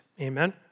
Amen